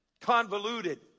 convoluted